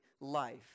life